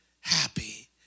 happy